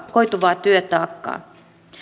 koituvaa työtaakkaa